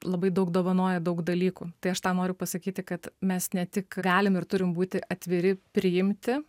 labai daug dovanoja daug dalykų tai aš tą noriu pasakyti kad mes ne tik galim ir turim būti atviri priimti